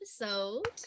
episode